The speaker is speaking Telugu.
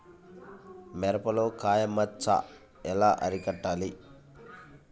మిరపలో కాయ మచ్చ ఎలా అరికట్టాలి?